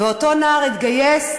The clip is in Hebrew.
ואותו נער התגייס,